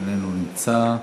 איננו נמצא,